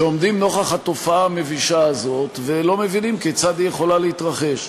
שעומדים נוכח התופעה המבישה הזאת ולא מבינים כיצד היא יכולה להתרחש.